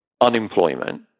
unemployment